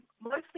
mostly